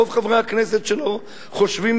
רוב חברי הכנסת שלו חושבים,